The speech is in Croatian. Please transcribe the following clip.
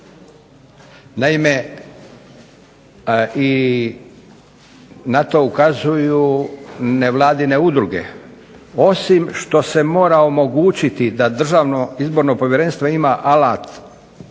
naime i na to ukazuju nevladine udruge. Osim što se mora omogućiti da Državno izborno povjerenstvo ima alat